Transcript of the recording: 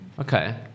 Okay